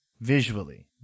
visually